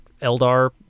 Eldar